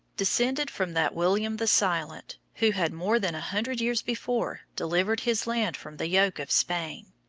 descended from that william the silent who had more than a hundred years before delivered his land from the yoke of spain,